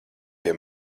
pie